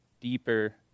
deeper